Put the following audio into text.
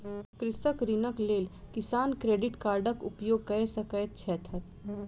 कृषक ऋणक लेल किसान क्रेडिट कार्डक उपयोग कय सकैत छैथ